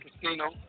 casino